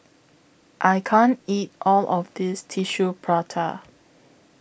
I can't eat All of This Tissue Prata